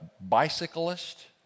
bicyclist